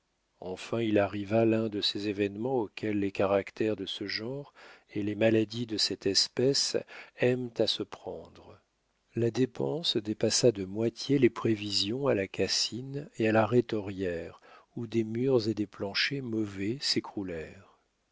enfin il arriva l'un de ces événements auxquels les caractères de ce genre et les maladies de cette espèce aiment à se prendre la dépense dépassa de moitié les prévisions à la cassine et à la rhétorière où des murs et des planchers mauvais